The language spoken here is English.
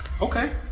Okay